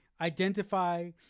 identify